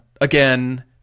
Again